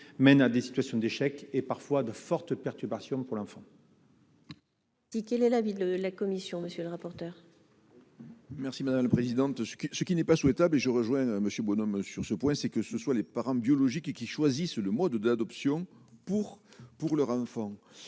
mène à des situations d'échec et parfois de fortes perturbations pour l'enfant. Qui, quel est l'avis de la commission, monsieur le rapporteur. Merci madame la présidente, ce qui ce qui n'est pas souhaitable et je rejoins Monsieur Bonhomme sur ce point, c'est que ce soit les parents biologiques et qui choisissent le mois d'de l'adoption pour pour leur enfant